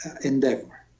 endeavor